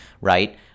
right